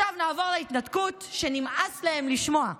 עכשיו נעבור להתנתקות, שנמאס להם לשמוע,